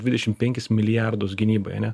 dvidešim penkis milijardus gynybai ane